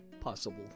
possible